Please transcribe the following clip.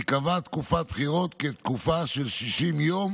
תיקבע תקופת בחירות כתקופה של 60 יום